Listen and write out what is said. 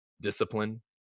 discipline